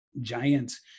giants